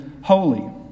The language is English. holy